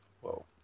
Whoa